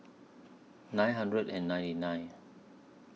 nine hundred and ninety nine